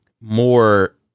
more